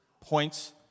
points